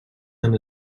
han